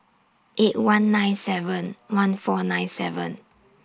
eight one nine seven one four nine seven